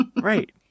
Right